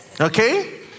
Okay